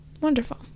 Wonderful